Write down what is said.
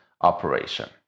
operation